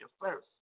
first